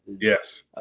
Yes